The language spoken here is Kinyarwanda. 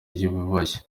yiyubashye